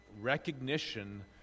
Recognition